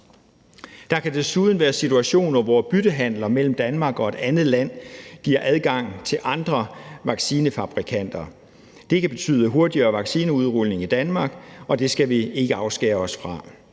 Der kan desuden være situationer, hvor byttehandler mellem Danmark og et andet land giver adgang til andre vaccinefabrikanter. Det kan betyde en hurtigere vaccineudrulning i Danmark, og det skal vi ikke afskære os fra.